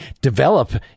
develop